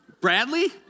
Bradley